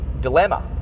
dilemma